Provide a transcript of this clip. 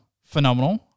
phenomenal